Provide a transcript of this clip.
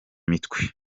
mitwe